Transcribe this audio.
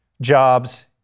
jobs